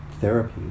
therapy